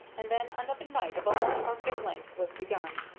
and then another night of almost arctic length was begun.